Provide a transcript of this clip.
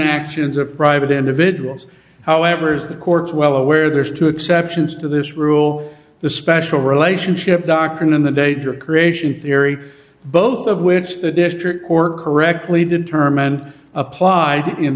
actions of private individuals however as the courts well aware there's two exceptions to this rule the special relationship doctrine in the danger creation theory both of which the district court correctly determined appl